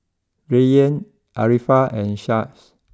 Rayyan Arifa and Shah